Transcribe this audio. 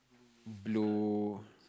blue